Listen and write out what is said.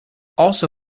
also